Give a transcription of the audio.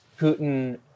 Putin